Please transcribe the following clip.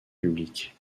public